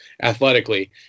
athletically